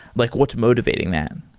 like what's motivating that?